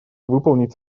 выполнить